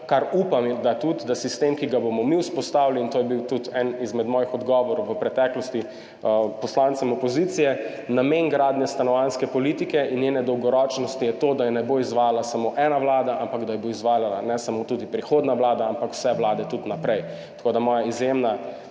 kar upam, da tudi sistem, ki ga bomo mi vzpostavili, in to je bil tudi eden izmed mojih odgovorov v preteklosti poslancem opozicije, namen gradnje stanovanjske politike in njene dolgoročnosti je to, da je ne bo izvajala samo ena vlada, ampak da jo bo izvajala ne samo prihodnja vlada, ampak vse vlade tudi naprej. Mislim, da se